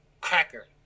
cracker